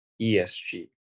ESG